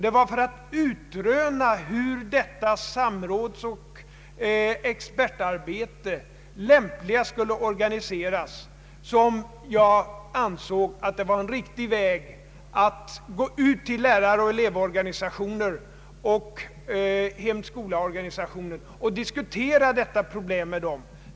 Det var för att utröna hur detta samrådsoch expertarbete lämpligast skulle organiseras som jag ansåg att det var riktigt att gå ut till läraroch elevorganisationer samt hem—skola-organisationer och diskutera detta problem med dem.